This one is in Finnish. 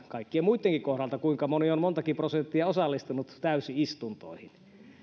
kaikkien muittenkin kohdalla kuinka moni on montakin prosenttia osallistunut täysistuntoihin